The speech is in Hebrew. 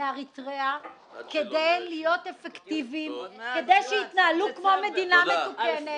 כדי להיות אפקטיביים וכדי שיתנהלו כמו מדינת מתוקנת.